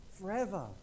forever